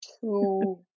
two